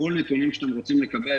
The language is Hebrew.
כל הנתונים שאתם רוצים לקבל,